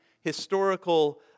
historical